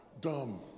dumb